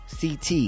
CT